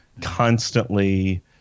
constantly